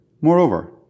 Moreover